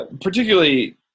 particularly